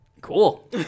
cool